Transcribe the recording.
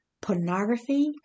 pornography